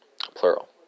plural